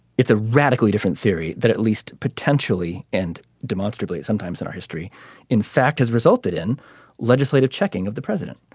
it's a radically different theory that at least potentially and demonstrably sometimes in our history in fact has resulted in legislative checking of the president.